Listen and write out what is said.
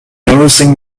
noticing